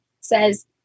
says